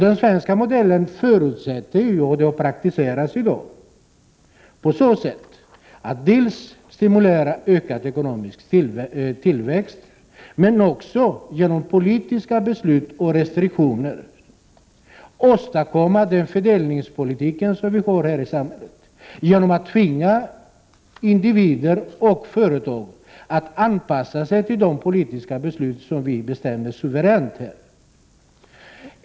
Den svenska modellen förutsätter, och det praktiseras i dag, dels att man stimulerar till ökad ekonomisk tillväxt, dels att man genom politiska beslut och restriktioner åstadkommer den fördelning som vi har i vårt samhälle, dvs. genom att tvinga individer och företag att anpassa sig till de politiska beslut som vi suveränt fattar här.